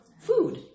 food